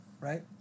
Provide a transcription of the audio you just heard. Right